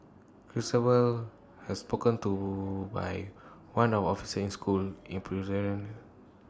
Christabel has spoken to by one of officer in school in presence